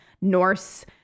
Norse